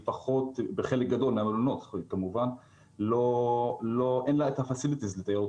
בחלק גדול מן המלונות אין את הפסיליטיז לתיירות